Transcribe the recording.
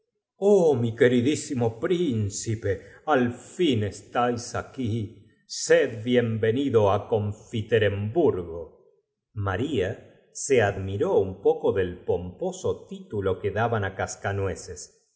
oh mi fjuorid lsimo pdncip el al fin estáis ar ufl sed bien tenido á coofite remburgo maria se admiró un poco del pomposo titulo que daban á